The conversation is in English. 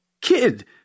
kid